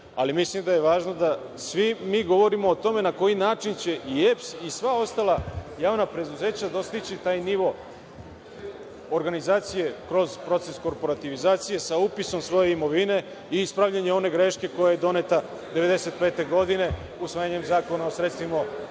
ali mislim da je važno da svi mi govorimo o tome na koji način će i EPS i sva ostala javna preduzeća dostići taj nivo organizacije kroz proces korporativizacije sa upisom svoje imovine i ispravljanjem one greške koja je doneta 1995. godine usvajanjem Zakona o sredstvima